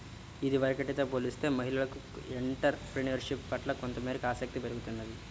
ఇదివరకటితో పోలిస్తే మహిళలకు ఎంటర్ ప్రెన్యూర్షిప్ పట్ల కొంతమేరకు ఆసక్తి పెరుగుతున్నది